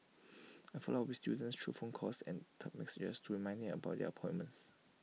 I follow up with students through phone calls and text messages to remind them about their appointments